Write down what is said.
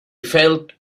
felt